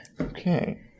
Okay